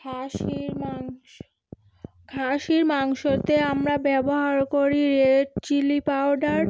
খাসির মাংস খাসির মাংসতে আমরা ব্যবহার করি রেড চিলি পাউডার